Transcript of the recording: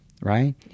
right